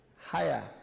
Higher